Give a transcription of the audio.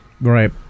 Right